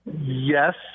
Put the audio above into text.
Yes